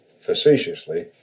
facetiously